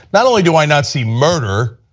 not only do i not see murder,